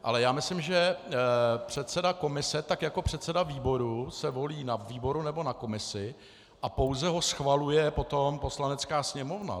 Ale já myslím, že předseda komise tak jako předseda výboru se volí na výboru nebo na komisi a pouze ho schvaluje potom Poslanecká sněmovna.